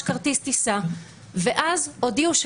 רכש כרטיס טיסה ואז הודיעו,